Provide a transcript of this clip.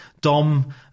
Dom